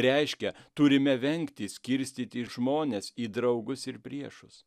reiškia turime vengti skirstyti žmones į draugus ir priešus